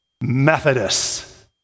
Methodists